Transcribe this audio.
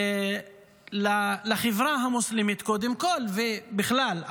לחברה המוסלמית, קודם כול, ובכלל.